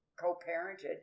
co-parented